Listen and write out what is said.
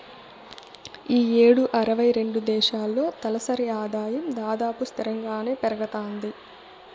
ఈ యేడు అరవై రెండు దేశాల్లో తలసరి ఆదాయం దాదాపు స్తిరంగానే పెరగతాంది